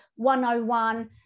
101